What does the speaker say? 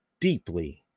deeply